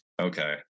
Okay